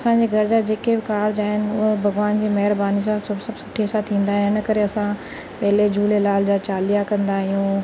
असांजे घर जा जेके बि कार्ज आहिनि उहे भॻवान जी महिरबानी सां सभु सभु सुठे सां थींदा आहिनि इन करे असां पहिले झूलेलाल जा चालीहा कंदा आहियूं